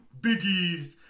biggies